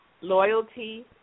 Loyalty